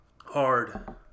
Hard